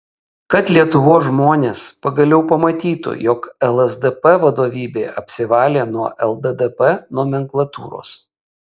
kad lietuvos žmonės pagaliau pamatytų jog lsdp vadovybė apsivalė nuo lddp nomenklatūros